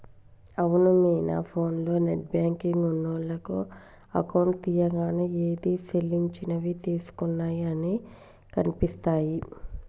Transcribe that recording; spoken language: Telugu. అవును మీనా ఫోన్లో నెట్ బ్యాంకింగ్ ఉన్నోళ్లకు అకౌంట్ తీయంగానే ఏది సెల్లించినవి తీసుకున్నయి అన్ని కనిపిస్తాయి